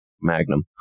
Magnum